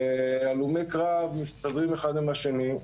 והלומי קרב מסתדרים אחד עם השני.